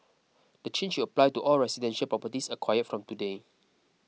the change will apply to all residential properties acquired from today